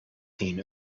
seen